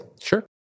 Sure